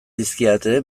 dizkidate